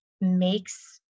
makes